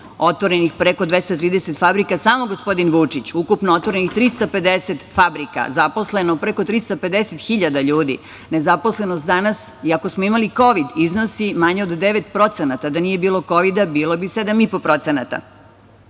otvorenih preko 230 fabrika, samo gospodin Vučić ukupno otvorenih 350 fabrika, zaposleno preko 350.000 ljudi. Nezaposlenost danas, iako smo imali kovid, iznosi manje od 9%. Da nije bilo kovida, bilo bi 7,5%.